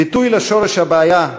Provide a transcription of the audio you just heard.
ביטוי לשורש הבעיה,